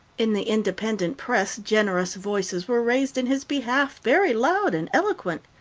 in the independent press generous voices were raised in his behalf, very loud and eloquent.